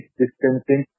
distancing